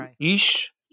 ish